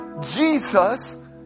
jesus